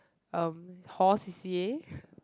um hall C_C_A